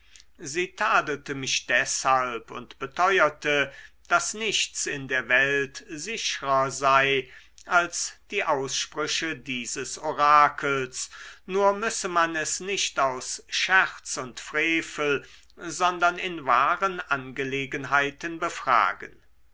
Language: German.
sie tadelte mich deshalb und beteuerte daß nichts in der welt sichrer sei als die aussprüche dieses orakels nur müsse man es nicht aus scherz und frevel sondern nur in wahren anliegenheiten befragen